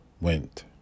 went